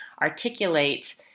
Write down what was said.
articulate